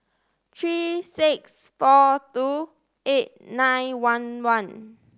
three six four two eight nine one one